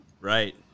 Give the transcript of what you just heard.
Right